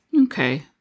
Okay